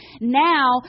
Now